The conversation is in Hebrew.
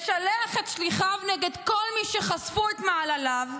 משלח את שליחיו נגד כל מי שחשפו את מעלליו,